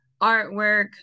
artwork